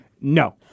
No